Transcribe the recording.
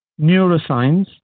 neuroscience